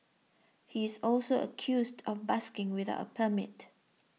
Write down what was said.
he is also accused of busking without a permit